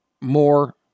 more